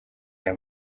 aya